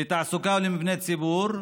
לתעסוקה ולמבני ציבור,